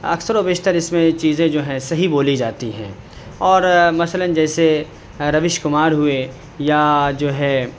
اکثر و بیشتر اس میں یہ چیزیں جو ہیں صحیح بولی جاتی ہیں اور مثلاً جیسے روش کمار ہوئے یا جو ہے